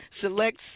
Select